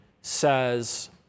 says